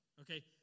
Okay